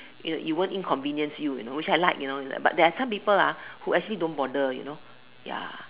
you you it won't inconvenience you you know which I like you know but there are some people ah who actually don't bother you know ya